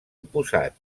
oposat